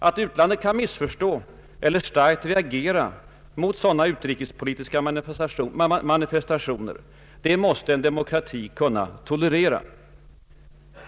Att utlandet kan missförstå eller starkt reagera mot sådana utrikespolitiska manifestationer måste en demokrati kunna tolerera.